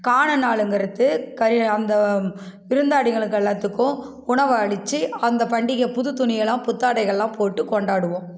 காண நாள்ங்கிறது கறி அந்த விருந்தாடிங்களுக்கு எல்லாத்துக்கும் உணவு அளிச்சு அந்த பண்டிகையை புது துணியைலாம் புத்தாடைகள் எல்லாம் போட்டு கொண்டாடுவோம்